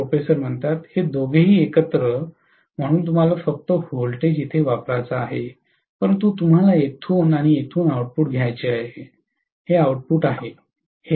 professor हे दोघेही एकत्र म्हणून तुम्हाला फक्त व्होल्टेज इथे वापरायचा आहे परंतु तुम्हाला येथून आणि येथून आऊटपुट घ्यायचे आहे हे आऊटपुट आहे